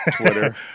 Twitter